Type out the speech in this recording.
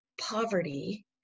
poverty